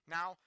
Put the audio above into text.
Now